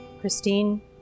Christine